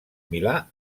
milà